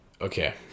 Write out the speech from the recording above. Okay